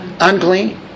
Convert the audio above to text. Unclean